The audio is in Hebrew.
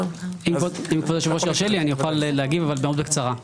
אשמח להגיב בקצרה.